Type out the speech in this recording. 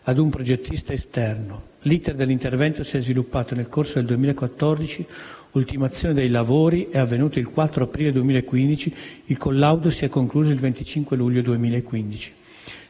a un progettista esterno. L'*iter* dell'intervento si è sviluppato nel corso del 2014, l'ultimazione dei lavori è avvenuta il 4 aprile 2015 e il collaudo si è concluso il 25 luglio 2015.